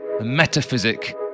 metaphysic